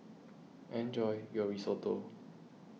enjoy your Risotto